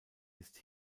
ist